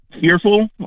fearful